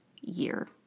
year